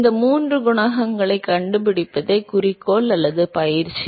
இந்த 3 குணகங்களைக் கண்டுபிடிப்பதே குறிக்கோள் அல்லது பயிற்சி